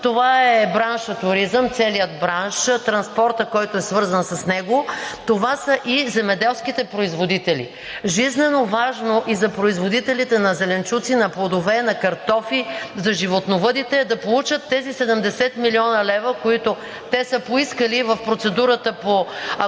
Това е браншът „Туризъм“ – целият бранш, транспортът, който е свързан с него, това са и земеделските производители. Жизненоважно и за производителите на зеленчуци, на плодове, на картофи, за животновъдите е да получат тези 70 млн. лв., които те са поискали в процедурата по актуализация